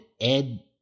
Ed